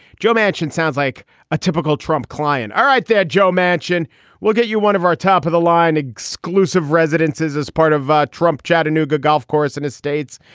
joe manchin sounds like a typical trump client. all right. that joe manchin we'll get you one of our top of the line exclusive residences as part of trump chattanooga golf course in his states.